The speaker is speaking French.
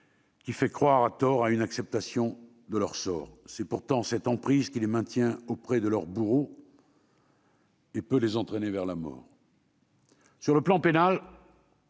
qui fait croire à tort à une acceptation de leur sort. C'est pourtant cette emprise qui les maintient auprès de leurs bourreaux et peut les entraîner vers la mort. Sur le plan pénal,